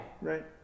Right